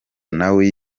nawe